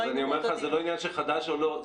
זה לא עניין של חדש או לא.